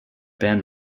band